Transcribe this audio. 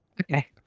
okay